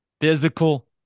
Physical